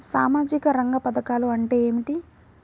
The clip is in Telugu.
సామాజిక రంగ పధకాలు అంటే ఏమిటీ?